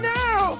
now